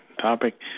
topic